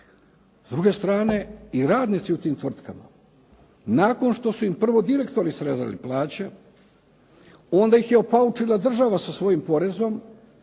S druge strane i radnici u tim tvrtkama nakon što su im prvo direktori srezali plaće onda ih je opaučila država sa svojim porezom.